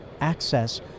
access